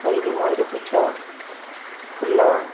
ଯେପରିକି ମୟୂରପୁଚ୍ଛ ଫୁଲ